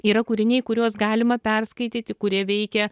yra kūriniai kuriuos galima perskaityti kurie veikia